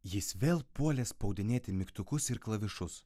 jis vėl puolė spaudinėti mygtukus ir klavišus